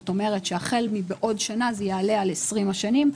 כלומר החל בעוד שנה זה יעלה על 20 שנים,